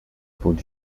puig